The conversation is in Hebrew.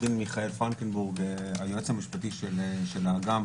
אני היועץ המשפטי של אגף